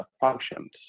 functions